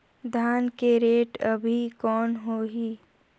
धान के रेट अभी कौन होही?